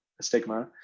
stigma